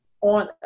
on